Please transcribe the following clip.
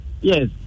Yes